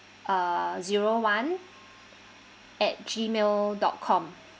uh zero one at gmail dot com